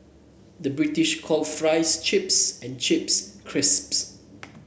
the British calls fries chips and chips crisps